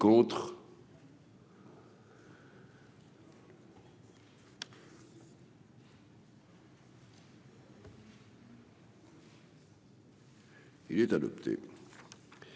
Il est adopté.